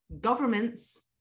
governments